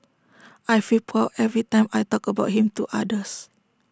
I feel proud every time I talk about him to others